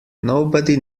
nobody